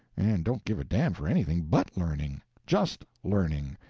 and don't give a damn for anything but learning just learning,